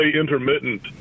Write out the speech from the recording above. intermittent